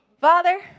Father